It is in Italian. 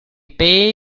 page